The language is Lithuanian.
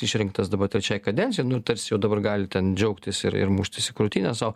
išrinktas trečiai kadencijai nu tarsi jau dabar gali ten džiaugtis ir ir muštis į krūtinę sau